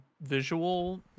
visual